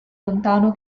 lontano